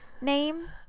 name